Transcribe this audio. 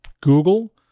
Google